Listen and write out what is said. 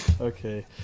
Okay